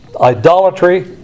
idolatry